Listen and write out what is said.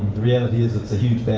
reality is the